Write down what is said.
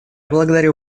благодарю